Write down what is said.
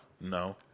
no